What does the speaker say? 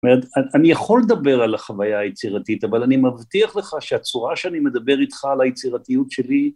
אני יכול לדבר על החוויה היצירתית, אבל אני מבטיח לך שהצורה שאני מדבר איתך על היצירתיות שלי